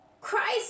Christ